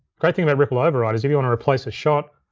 great thing about ripple override is if you wanna replace a shot,